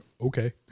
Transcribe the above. okay